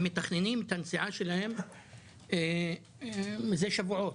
הם מתכננים את הנסיעה שלהם מזה שבועות.